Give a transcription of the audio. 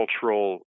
cultural